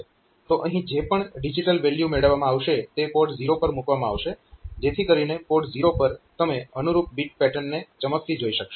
તો અહીં જે પણ ડિજીટલ વેલ્યુ મેળવવામાં આવશે તે પોર્ટ 0 પર મૂકવામાં આવશે જેથી કરીને પોર્ટ 0 પર તમે અનુરૂપ બીટ પેટર્ન ને ચમકતી જોઈ શકશો